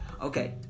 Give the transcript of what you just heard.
Okay